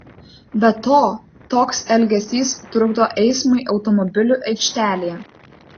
be to toks elgesys trukdo eismui automobilių aikštelėje